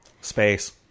Space